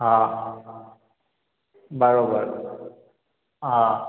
हा बरोबरु हा